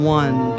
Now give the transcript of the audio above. one